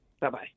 Bye-bye